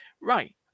right